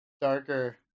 Darker